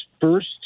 first